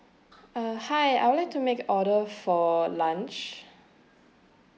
uh hi I would like to make order for lunch